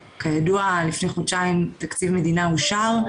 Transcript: וכידוע, לפני חודשיים, תקציב מדינה אושר,